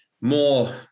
more